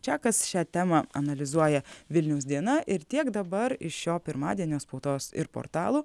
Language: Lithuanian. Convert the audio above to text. čiakas šią temą analizuoja vilniaus diena ir tiek dabar iš šio pirmadienio spaudos ir portalų